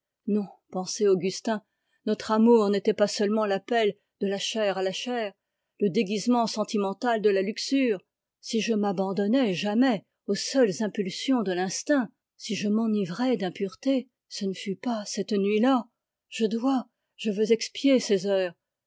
non pensait augustin notre amour n'était pas seulement l'appel de la chair à la chair le déguisement sentimental de la luxure si je m'abandonnai jamais aux seules impulsions de l'instinct si je m'enivrai d'impureté ce ne fut pas cette nuit-là je dois je veux expier ces heures